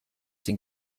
den